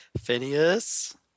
phineas